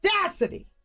audacity